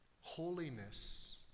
Holiness